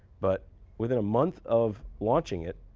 but within a month of launching it,